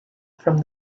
from